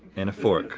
and a fork